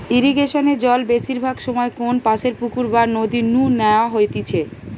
ইরিগেশনে জল বেশিরভাগ সময় কোনপাশের পুকুর বা নদী নু ন্যাওয়া হইতেছে